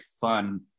fun